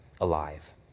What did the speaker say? alive